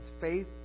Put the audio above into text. faith